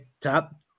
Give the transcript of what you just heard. top